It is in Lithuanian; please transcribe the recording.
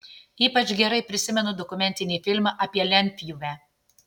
ypač gerai prisimenu dokumentinį filmą apie lentpjūvę